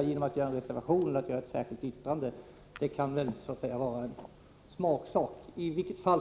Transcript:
i en reservation eller ett särskilt yttrande kan väl så att säga vara en smaksak.